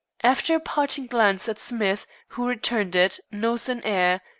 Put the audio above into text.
after a parting glance at smith, who returned it, nose in air,